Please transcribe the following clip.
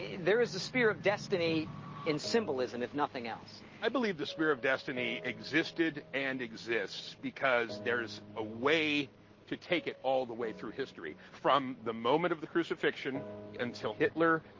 there is a spear of destiny in symbolism, if nothing else. i believe the spear of destiny existed and exists because there's a way to take it all the way through history, from the moment of the crucifixion until hitler.